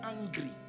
angry